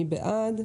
מי בעד?